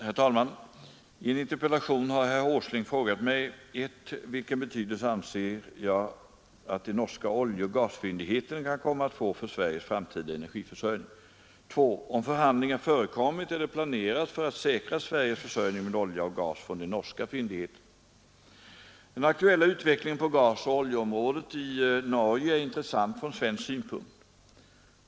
Herr talman! I en interpellation har herr Åsling frågat mig: 1. Vilken betydelse anser jag att de norska oljeoch gasfyndigheterna kan komma att få för Sveriges framtida energiförsörjning? 2. Har förhandlingar förekommit eller planeras dylika för att säkra Sveriges försörjning med olja och gas från de norska fyndigheterna? Den aktuella utvecklingen på gasoch oljeområdet i Norge är intressant från svensk synpunkt.